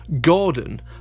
Gordon